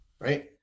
right